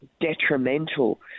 detrimental